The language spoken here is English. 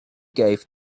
gave